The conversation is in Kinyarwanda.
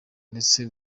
ndetse